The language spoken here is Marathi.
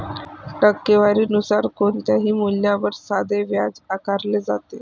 टक्केवारी नुसार कोणत्याही मूल्यावर साधे व्याज आकारले जाते